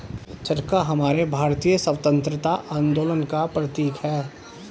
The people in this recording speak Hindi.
चरखा हमारे भारतीय स्वतंत्रता आंदोलन का प्रतीक है